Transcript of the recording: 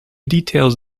details